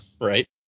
Right